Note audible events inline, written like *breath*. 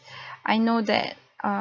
*breath* I know that err